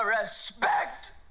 respect